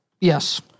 Yes